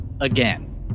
again